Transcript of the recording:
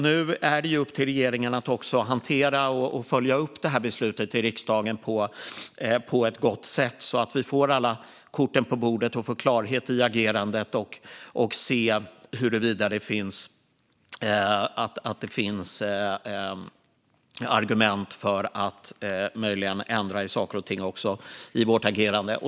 Nu är det upp till regeringen att också hantera och följa upp detta beslut i riksdagen på ett gott sätt så att vi får alla kort på bordet, får klarhet i agerandet och kan se huruvida det finns argument för att möjligen även ändra på saker och ting i vårt agerande.